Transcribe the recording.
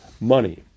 money